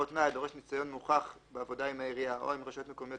או תנאי הדורש ניסיון מוכח בעבודה עם העירייה או עם רשויות מקומיות